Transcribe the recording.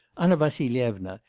anna vassilyevna,